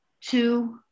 two